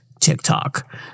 TikTok